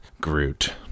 Groot